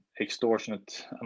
extortionate